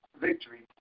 victory